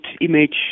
image